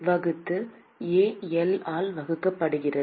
L ஆல் வகுக்கப்படுகிறது